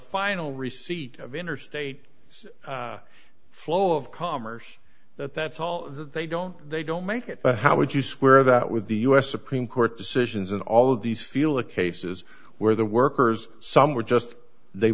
final receipt of interstate flow of commerce that's all they don't they don't make it but how would you square that with the us supreme court decisions and all of these feel of cases where the workers some were just they